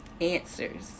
Answers